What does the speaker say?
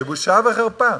זה בושה וחרפה.